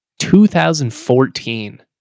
2014